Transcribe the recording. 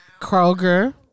Kroger